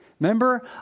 Remember